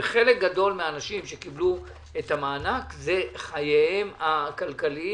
חלק גדול מהאנשים שקיבלו את המענק אלו הם חייהם הכלכליים,